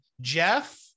Jeff